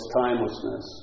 timelessness